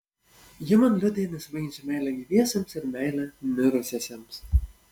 ji man liudija nesibaigiančią meilę gyviesiems ir meilę mirusiesiems